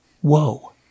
whoa